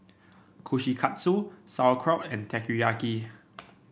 Kushikatsu Sauerkraut and Teriyaki